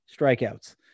strikeouts